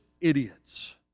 idiots